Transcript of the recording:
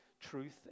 truth